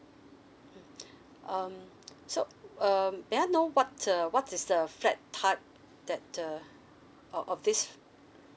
mm um so um may I know what uh what is the flat type that the of of this